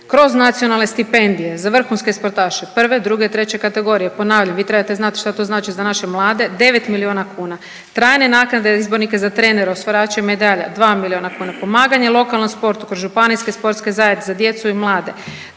kroz nacionalne stipendije za vrhunske sportaše prve, druge, treće kategorije, ponavljam vi trebate znati šta to znači za naše mlade 9 miliona kuna. Trajne naknade izbornika za trenere osvajače medalja 2 miliona kuna, pomaganje lokalnom sportu kroz županijske sportske zajednice za djecu i mlade,